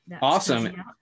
awesome